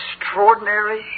extraordinary